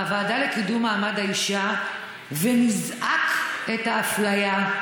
בוועדה לקידום מעמד האישה ונזעק את האפליה,